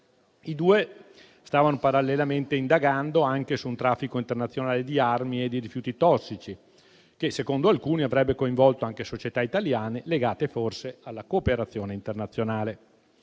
I due stavano parallelamente indagando anche su un traffico internazionale di armi e di rifiuti tossici che, secondo alcuni, avrebbe coinvolto anche società italiane legate forse alla cooperazione internazionale.